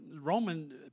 Roman